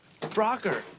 Brocker